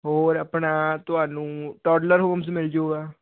ਹੋਰ ਆਪਣਾ ਤੁਹਾਨੂੰ ਟੋਡਰ ਹੋਮਸ ਮਿਲ ਜਾਊਗਾ